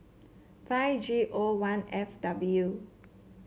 five G O one F W